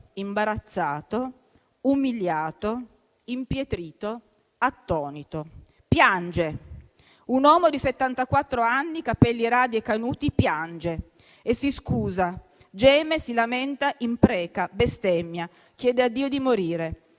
imbarazzato, umiliato, impietrito, attonito. Piange, un uomo di settantaquattro anni, i capelli radi e canuti, piange e si scusa, geme, si lamenta, impreca, bestemmia, chiede a Dio di morire.